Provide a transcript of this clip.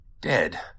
dead